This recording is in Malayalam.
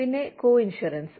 പിന്നെ കോഇൻഷുറൻസ്